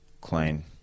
clean